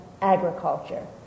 agriculture